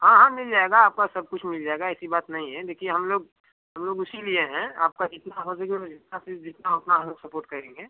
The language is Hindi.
हाँ हाँ मिल जाएगा आपका सब कुछ मिल जाएगा ऐसी बात नहीं है देखिए हम लोग हम लोग उसी लिए हैं आपका जितना हो सके जितना से जितना ओतना हम लोग सपोर्ट करेंगे